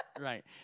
right